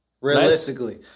Realistically